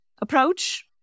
approach